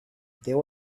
there